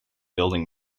building